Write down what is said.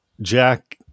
Jack